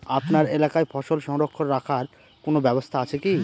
আপনার এলাকায় ফসল সংরক্ষণ রাখার কোন ব্যাবস্থা আছে কি?